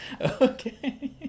okay